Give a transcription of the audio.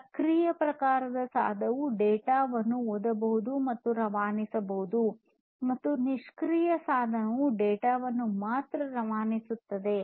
ಸಕ್ರಿಯ ಪ್ರಕಾರದ ಸಾಧನವು ಡೇಟಾವನ್ನು ಓದಬಹುದು ಮತ್ತು ರವಾನಿಸಬಹುದು ಮತ್ತು ನಿಷ್ಕ್ರಿಯ ಸಾಧನವು ಡೇಟಾವನ್ನು ಮಾತ್ರ ರವಾನಿಸುತ್ತದೆ